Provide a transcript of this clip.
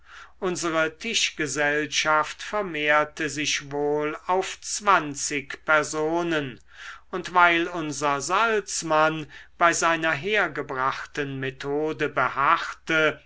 unsere tischgesellschaft vermehrte sich wohl auf zwanzig personen und weil unser salzmann bei seiner hergebrachten methode beharrte